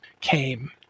came